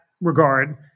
regard